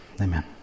Amen